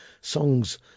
Songs